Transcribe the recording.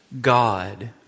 God